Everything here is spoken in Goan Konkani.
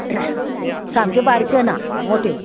सामक्यो बारक्यो ना मोट्यो